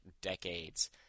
decades